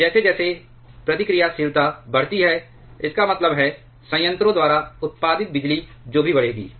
और जैसे जैसे प्रतिक्रियाशीलता बढ़ती है इसका मतलब है संयंत्रों द्वारा उत्पादित बिजली जो भी बढ़ेगी